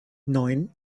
neun